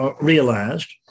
realized